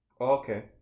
Okay